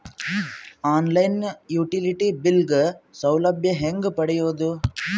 On line utility bill ಗ ಸೌಲಭ್ಯ ಹೇಂಗ ಪಡೆಯೋದು?